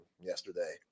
yesterday